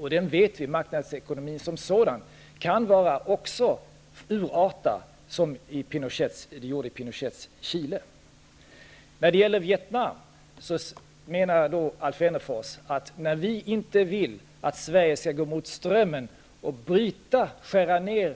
Vi vet att marknadsekonomin som sådan kan urarta, som den gjorde i Pinochets När vi inte vill att Sverige skall gå mot strömmen och kraftigt skära ner